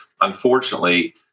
unfortunately